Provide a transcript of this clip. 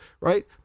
right